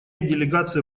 делегация